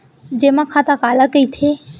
जेमा खाता काला कहिथे?